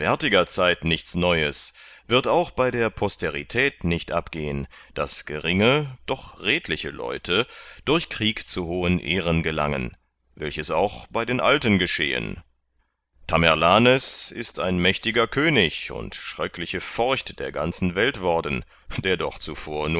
nichts neues wird auch bei der posterität nicht abgehen daß geringe doch redliche leute durch krieg zu hohen ehren gelangen welches auch bei den alten geschehen tamerlanes ist ein mächtiger könig und schröckliche forcht der ganzen welt worden der doch zuvor